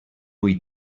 ull